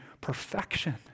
perfection